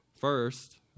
First